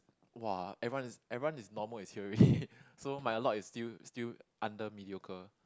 !wah! everyone is everyone is normal is here already so my a lot is still still under mediocre